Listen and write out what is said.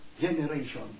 generation